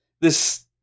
this-